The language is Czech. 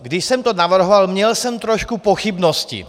Když jsem to navrhoval, měl jsem trošku pochybnosti.